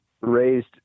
raised